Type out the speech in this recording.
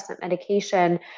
medication